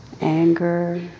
anger